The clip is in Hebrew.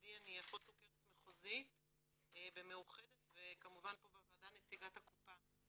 בתפקידי אני אחות סוכרת מחוזית במאוחדת וכמובן פה בוועדה נציגת הקופה.